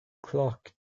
clock